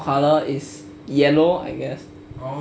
color is yellow I guess